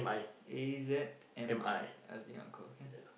A_Z_M_I Azmi uncle can